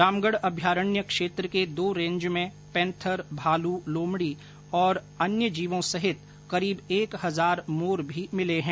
रामगढ़ अभयारण्य क्षेत्र के दो रेंज में पैंथर भालू लोमड़ी अन्य जीवों सहित करीब एक हजार मोर भी मिले है